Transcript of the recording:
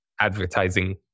advertising